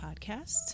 podcast